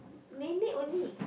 nenek only